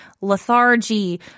lethargy